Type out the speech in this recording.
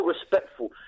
respectful